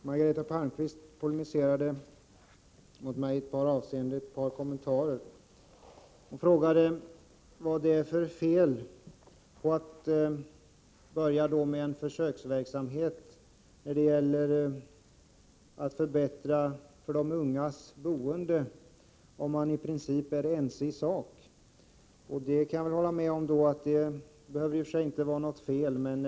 Herr talman! Margareta Palmqvist polemiserade mot mig i ett par avseenden. Bara några kommentarer. Margareta Palmqvist frågade vad det är för fel med att börja med en försöksverksamhet när det gäller att förbättra de ungas boende om mani princip är ense i sak. Jag kan hålla med henne om att det i och för sig inte behöver vara något fel med det.